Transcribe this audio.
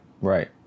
Right